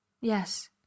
Yes